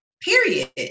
period